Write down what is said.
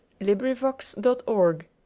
librivox.org